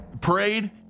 parade